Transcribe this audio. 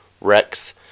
Rex